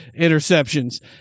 interceptions